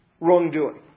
wrongdoing